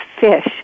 fish